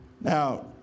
Now